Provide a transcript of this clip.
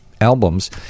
albums